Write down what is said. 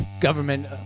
government